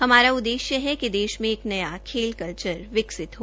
हमारा उद्देश्य है कि देश में एक नया खेल कल्चर विकसित हो